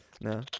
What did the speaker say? No